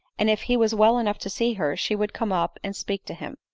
and, if he was well enough to see her, she would come up and speak to him.